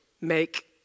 make